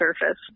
surface